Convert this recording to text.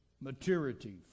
maturity